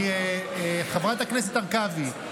חברת הכנסת הרכבי,